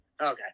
Okay